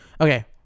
Okay